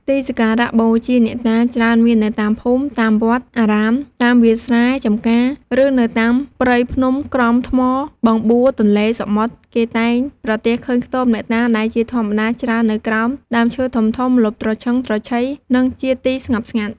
ទីសក្ការៈបូជាអ្នកតា ច្រើនមាននៅតាមភូមិ តាមវត្ដ អារាមតាមវាលស្រែ ចំការ ឬនៅតាម ព្រៃភ្នំក្រំថ្ម បឹងបួរ ទន្លេ សមុទ្រ គេតែងប្រទះឃើញខ្ទមអ្នកតាដែលជាធម្មតាច្រើននៅក្រោមដើមឈើធំៗម្លប់ត្រឈឹងត្រឈៃ និងជាទីស្ងប់ស្ងាត់។